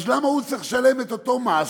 אז למה הוא צריך לשלם את אותו מס